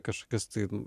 kažkokias tai